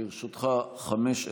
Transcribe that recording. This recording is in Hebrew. לרשותך 15 דקות.